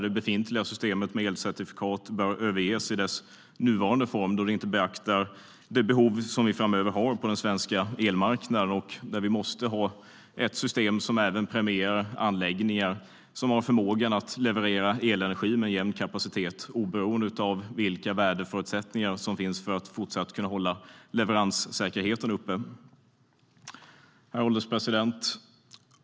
Det befintliga systemet med elcertifikat bör överges i sin nuvarande form då det inte beaktar de behov som vi framöver har på den svenska elmarknaden. Där måste vi ha ett system som även premierar anläggningar som har förmågan att leverera elenergi med jämn kapacitet oberoende av vilka väderförutsättningar som finns för att fortsatt kunna hålla leveranssäkerheten uppe. Herr ålderspresident!